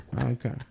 Okay